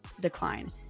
decline